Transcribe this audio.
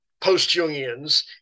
post-Jungians